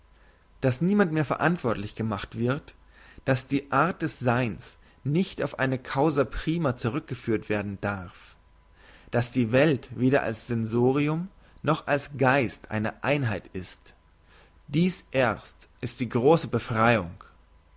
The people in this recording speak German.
dass niemand mehr verantwortlich gemacht wird dass die art des seins nicht auf eine causa prima zurückgeführt werden darf dass die welt weder als sensorium noch als geist eine einheit ist dies erst ist die grosse befreiung